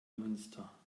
münster